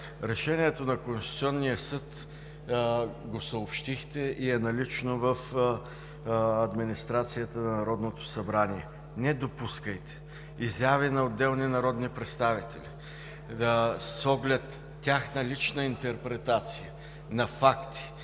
Решението на Конституционния съд го съобщихте и е налично в администрацията на Народното събрание. Не допускайте изяви на отделни народни представители с оглед тяхна лична интерпретация на факти,